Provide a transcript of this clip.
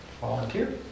Volunteer